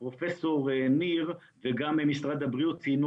פרופסור ניר וגם משרד הבריאות ציינו